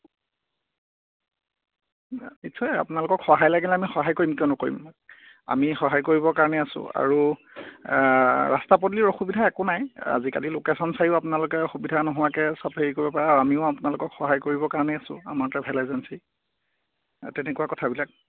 নিশ্চয় আপোনালোকক সহায় লাগিলে আমি সহায় কৰিম কিয় নকৰিম আমি সহায় কৰিব কাৰণেই আছো আৰু ৰাস্তা পদূলিৰ অসুবিধা একো নাই আজিকালি লোকেচন চাইয়ো আপোনালোকে সুবিধা নোহোৱাকৈ চব হেৰি কৰিব পাৰে আৰু আমিয়ো আপোনালোকক সহায় কৰিব কাৰণেই আছো আমাৰ ট্ৰেভেল এজেন্সি তেনেকুৱা কথাবিলাক